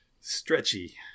stretchy